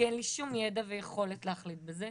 כי אין לי שום ידע ויכולת להחליט בזה.